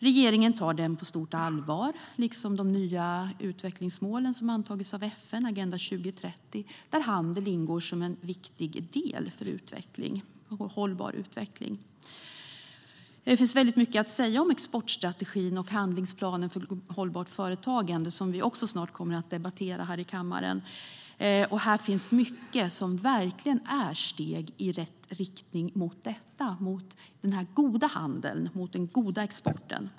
Regeringen tar den på stort allvar liksom de nya utvecklingsmålen som antagits av FN, Agenda 2030, där handel ingår som en viktig del för hållbar utveckling. Det finns mycket att säga om exportstrategin och om handlingsplanen för hållbart företagande, som vi också ska debattera i kammaren i dag. Här finns mycket som är steg i rätt riktning mot den goda handeln och exporten.